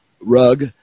rug